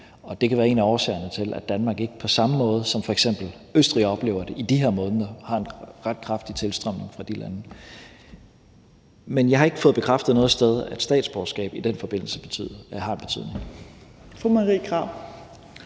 det kan være en af årsagerne til, at Danmark ikke på samme måde, som f.eks. Østrig oplever det i de her måneder, har en ret kraftig tilstrømning fra de lande. Men jeg har ikke fået bekræftet noget sted, at statsborgerskab i den forbindelse har betydning. Kl.